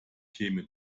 käme